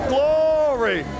Glory